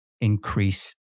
increase